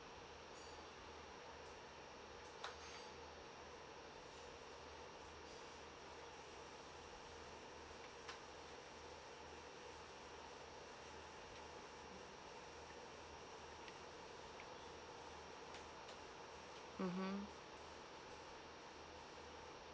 mmhmm